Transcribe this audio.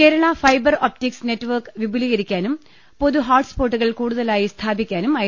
Kerala fibre optics network വിപുലീകരിക്കാനും പൊതു ഹോട്ട്സ്പോട്ടുകൾ കൂടുതലായി സ്ഥാപിക്കാനും ഐ